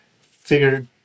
figured